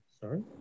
Sorry